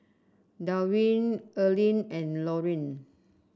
Darwyn Erling and Loring